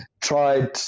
tried